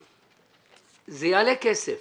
זה יעלה כסף